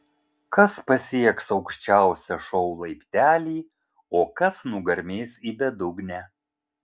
kas pasieks aukščiausią šou laiptelį o kas nugarmės į bedugnę